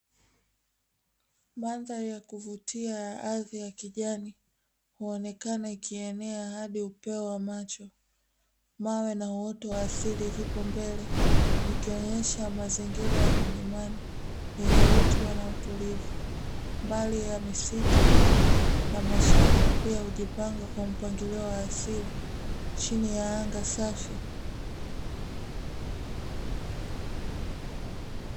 mandhari ya kuvutia ya ardhi ya kijani ikionekan ikienea ndani ya upeo wa macho, mawe na uoto wa asili vipo mbele vikionesha mazingira ya milimani, yenye rutuba na utulivu mbali ya misitu na mashamba pia hujipanga kwa mpangilio wa asili chini ya anga safi.